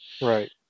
Right